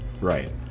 Right